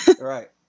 Right